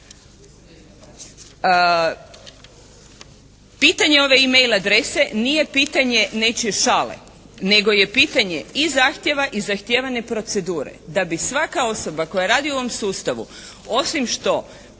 Pitanje ove e-mail adrese nije pitanje nečije šale nego je pitanje i zahtjeva i zahtjevane procedure da bi svaka osoba koja radi u ovom sustavu osim što